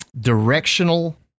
directional